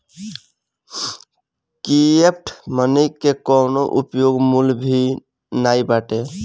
fiat money के कवनो उपयोग मूल्य भी नाइ बाटे